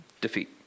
defeat